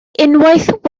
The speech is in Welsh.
unwaith